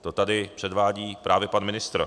To tady předvádí právě pan ministr.